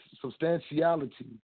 substantiality